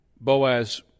Boaz